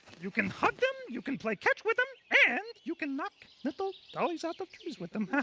you can hug them, you can play catch with them and you can knock little dollies out of trees with them.